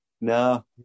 No